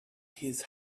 his